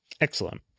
Excellent